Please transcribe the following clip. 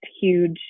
huge